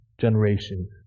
generation